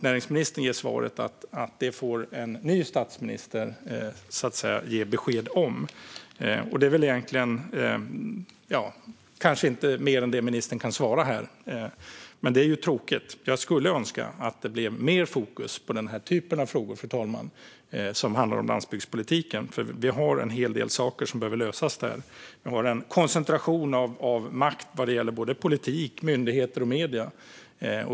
Näringsministern svarade att en ny statsminister får ge besked om det. Ministern kanske inte kan svara mer än så här, men det är tråkigt. Jag skulle önska att det blev mer fokus på den här typen av frågor, fru talman, som handlar om landsbygdspolitiken. Vi har en hel del saker som behöver lösas där. Vi har en koncentration av makt vad gäller såväl politik som myndigheter och medier.